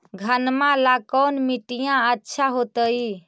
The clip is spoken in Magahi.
घनमा ला कौन मिट्टियां अच्छा होतई?